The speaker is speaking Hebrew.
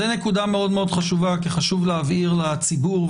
זו נקודה מאוד-מאוד חשובה, חשוב להבהיר לציבור.